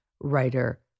writer